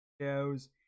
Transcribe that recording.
shows